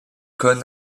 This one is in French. con